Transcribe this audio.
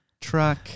truck